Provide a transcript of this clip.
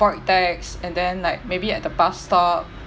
void decks and then like maybe at the bus stop